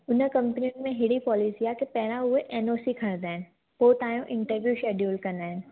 हुन कम्पनियुनि में अहिड़ी पॉलिसी आहे पहिरां उहे एन ओ सी खणंदा आहिनि पोइ तव्हांजो इंटरवियूं शेड्युल कंदा आहिनि